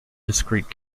discrete